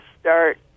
start